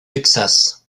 texas